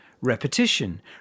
repetition